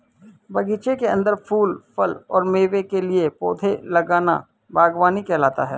बगीचे के अंदर फूल, फल और मेवे के लिए पौधे लगाना बगवानी कहलाता है